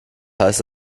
heißt